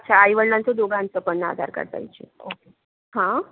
अच्छा आईवडिलांच दोघांच पण आधारकार्ड पाहीजे ओके हां